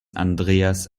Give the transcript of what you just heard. andreas